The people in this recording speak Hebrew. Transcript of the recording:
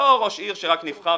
לא ראש עיר שרק נבחר,